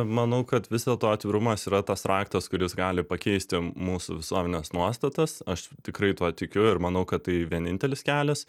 manau kad vis dėlto atvirumas yra tas raktas kuris gali pakeisti mūsų visuomenės nuostatas aš tikrai tuo tikiu ir manau kad tai vienintelis kelias